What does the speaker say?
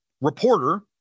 reporter